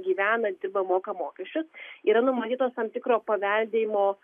gyvena dirba moka mokesčius yra numatytos tam tikro paveldėjimo